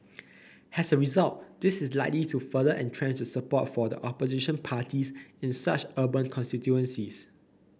as a result this is likely to further entrench the support for the opposition parties in such urban constituencies